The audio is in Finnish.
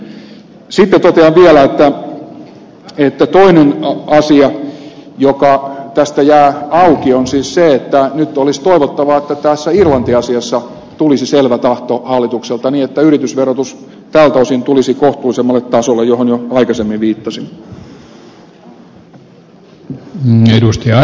sitten totean vielä että toinen asia joka tästä jää auki on siis se että nyt olisi toivottavaa että tässä irlanti asiassa tulisi selvä tahto hallitukselta niin että yritysverotus tältä osin tulisi kohtuullisemmalle tasolle mihin jo aikaisemmin viittasin